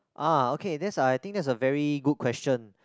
ah okay that's I I think that's a very good question